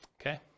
okay